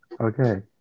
Okay